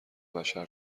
بشر